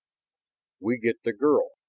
we get the girl,